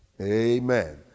amen